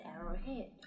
arrowhead